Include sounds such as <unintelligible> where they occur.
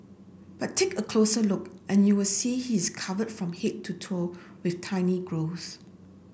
but take a closer look and you will see he is covered from <unintelligible> to toe with tiny growths